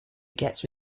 gets